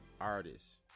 artists